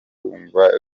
wumva